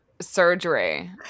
surgery